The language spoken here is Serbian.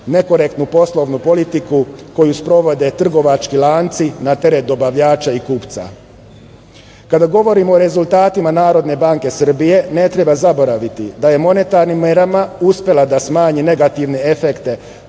nekorektnu poslovnu politiku koju sprovode trgovački lanci na teret dobavljača i kupca. Kada govorimo o rezultatima Narodne banke Srbije ne treba zaboraviti da je monetarnim merama uspela da smanji negativne efekte